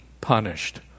punished